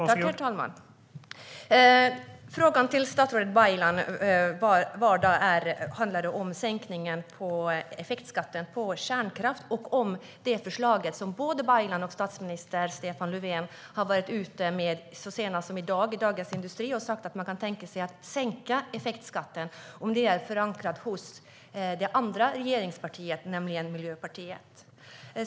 Herr talman! Frågan till statsrådet Baylan handlade om sänkningen av effektskatten på kärnkraft och det förslag som både Baylan och statsminister Stefan Löfven gått ut med så sent som i dag i Dagens industri, där de säger att de kan tänka sig att sänka effektskatten. Är det förslaget förankrat hos det andra regeringspartiet, nämligen Miljöpartiet?